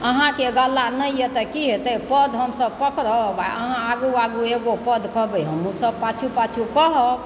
अहाँकेँ गला नहि यऽ तऽ की हेतय पद हमसभ पकड़ब अहाँ आगू आगू एगो पद कहबय हमहुँसभ पाछु पाछु कहब